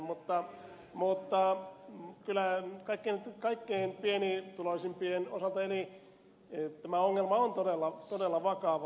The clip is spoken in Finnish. mutta kyllä kaikkein pienituloisimpien osalta tämä ongelma on todella todella vakava